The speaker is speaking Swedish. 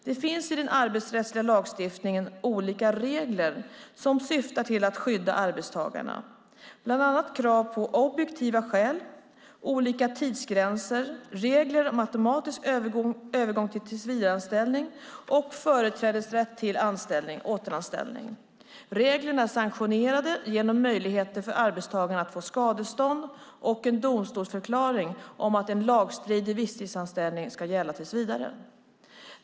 Det finns i den arbetsrättsliga lagstiftningen olika regler som syftar till att skydda arbetstagarna, bland annat krav på objektiva skäl, olika tidsgränser, regler om automatisk övergång i tillsvidareanställning och företrädesrätt till återanställning. Reglerna är sanktionerade genom möjligheter för arbetstagaren att få skadestånd och en domstolsförklaring om att en lagstridig visstidsanställning ska gälla tills vidare.